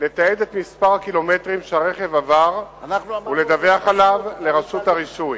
לתעד את מספר הקילומטרים שהרכב עבר ולדווח עליו לרשות הרישוי,